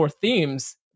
themes